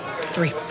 Three